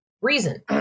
reason